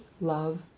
love